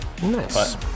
Nice